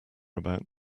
about